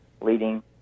leading